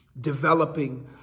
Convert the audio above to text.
developing